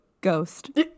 ghost